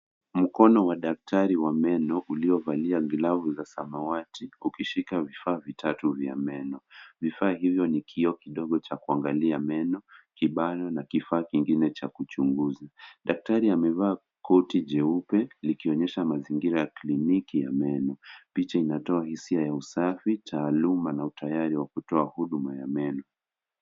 Mkono wa daktari wa meno uliovalia umevalia glovu za samawati akiwa ameshikilia vifaa vitatu vya meno, vifaa hivyo ni kioo kidogo cha kuangalia meno, kibana na kifaa kingine cha kuchunguza. Dakwati amevaa koti jeupe likionyesha mazingira ya kliniki ya meno. Picha inatoa hisia ya usafi, taaluma na utayari wa kutoa huduma ya meno.